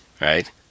right